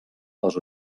les